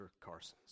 Carsons